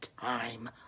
time